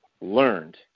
learned